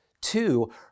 Two